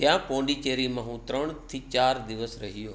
ત્યાં પોંડિચેરીમાં હું ત્રણથી ચાર દિવસ રહ્યો